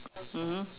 mmhmm